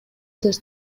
терс